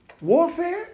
warfare